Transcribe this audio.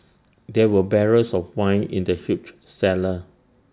there were barrels of wine in the huge cellar